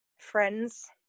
Friends